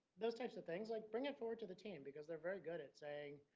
those types of things like, bring it forward to the team because they're very good at saying,